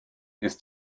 ist